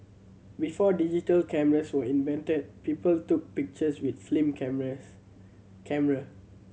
before digital cameras were invented people took pictures with film cameras camera